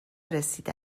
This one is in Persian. رسیده